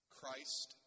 Christ